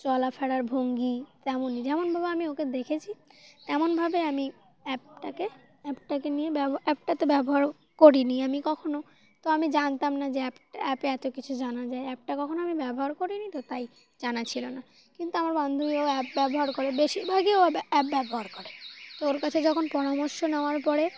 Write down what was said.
চলা ফেরার ভঙ্গি তেমনই যেমনভাবে আমি ওকে দেখেছি তেমনভাবে আমি অ্যাপটাকে অ্যাপটাকে নিয়ে ব্যব অ্যাপটাতে ব্যবহার করিনি আমি কখনও তো আমি জানতাম না যে অ্যাপটা অ্যাপে এতো কিছু জানা যায় অ্যাপটা কখনও আমি ব্যবহার করিনি তো তাই জানা ছিল না কিন্তু আমার বান্ধবীও অ্যাপ ব্যবহার করে বেশিরভাগইও অ্যাপ ব্যবহার করে তো ওর কাছে যখন পরামর্শ নেওয়ার পরে